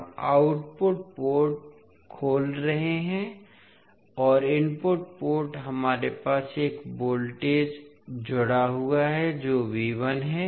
हम output port खोल रहे हैं और इनपुट पोर्ट हमारे पास एक वोल्टेज जुड़ा हुआ है जो है